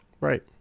Right